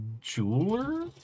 jeweler